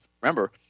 remember